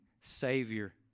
Savior